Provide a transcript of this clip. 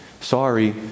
Sorry